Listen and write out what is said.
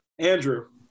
Andrew